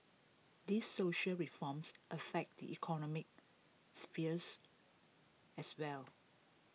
these social reforms affect the economic spheres as well